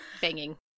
banging